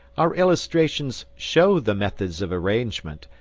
our illustrations show the methods of arrangement,